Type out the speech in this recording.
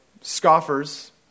scoffers